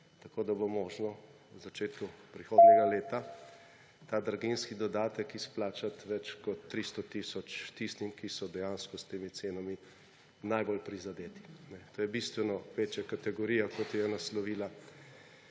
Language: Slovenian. tako da bo možno v začetku prihodnje leta ta draginjski dodatek izplačati več kot 300 tisoč tistim, ki so dejansko s temi cenami najbolj prizadeti. To je bistveno večja kategorija, kot jo je naslovila